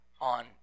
on